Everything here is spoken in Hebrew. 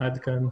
עד כאן.